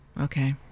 Okay